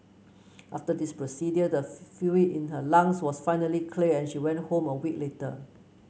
after this procedure the fluid in her lungs was finally cleared and she went home a week later